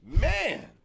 man